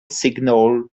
signal